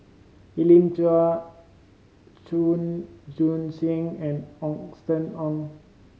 Elim Chew Chua Joon Siang and Austen Ong